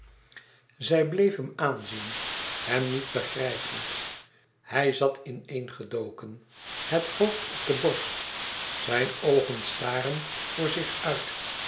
zij bleef hem aanzien hem niet begrijpend hij zat in-een gedoken het hoofd op de borst zijn oogen starend voor zich uit